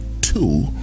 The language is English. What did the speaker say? two